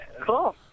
Cool